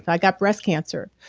i got breast cancer.